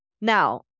Now